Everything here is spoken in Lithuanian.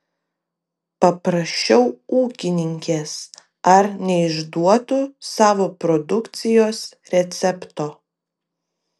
paprašiau ūkininkės ar neišduotų savo produkcijos recepto